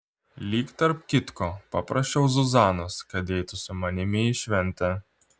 lyg tarp kitko paprašiau zuzanos kad eitų su manimi į šventę